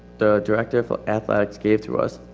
the director for athletics gave to us,